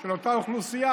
של אותה אוכלוסייה,